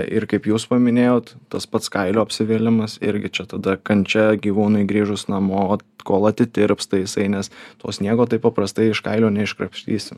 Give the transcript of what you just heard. ir kaip jūs paminėjot tas pats kailio apsivėlimas irgi čia tada kančia gyvūnui grįžus namo kol atitirpsta jisai nes to sniego taip paprastai iš kailio neiškrapštysi